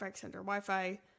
Wi-Fi